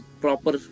proper